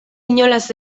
inolaz